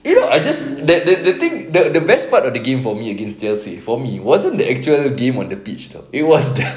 you know I just the the thing that's the best part of the game for me against chelsea for me wasn't the actual game on the pitch [tau] it was the